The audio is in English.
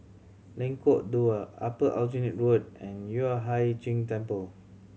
Lengkok Dua Upper Aljunied Road and Yueh Hai Ching Temple